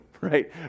right